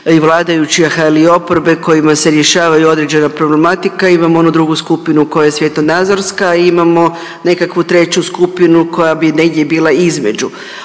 vladajućih, ali i oporbe kojima se rješavaju određena problematika, imamo onu drugu skupinu koja je svjetonazorska, a imamo nekakvu treću skupinu koja bi bila negdje između.